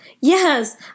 Yes